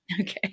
Okay